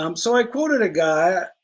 um so i quoted a guy,